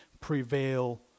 prevail